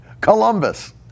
Columbus